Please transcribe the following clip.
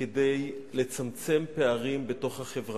כדי לצמצם פערים בתוך החברה.